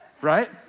Right